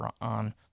on